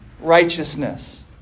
righteousness